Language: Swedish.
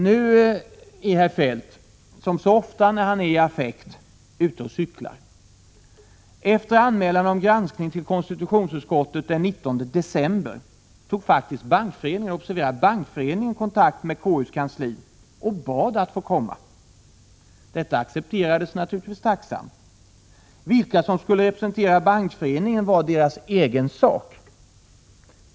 Nu är herr Feldt, som så ofta när han är i affekt, ute och cyklar. Efter anmälan om granskning till konstitutionsutskottet den 19 december tog faktiskt Bankföreningen — observera: Bankföreningen! — kontakt med KU:s kansli och bad att få komma. Detta accepterades naturligtvis tacksamt. Vilka som skulle representera Bankföreningen var föreningens egen sak.